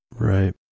Right